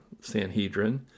Sanhedrin